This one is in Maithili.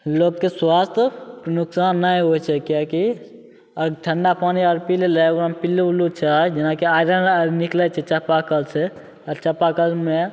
लोकके स्वास्थ्यके नोकसान नहि होइ छै किएकि ठण्डा पानी आओर पी लेलै ओकरामे पिल्लू उल्लू छै जेनाकि आयरन आओर निकलै छै चापाकलसे चापाकलमे